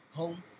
home